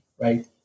right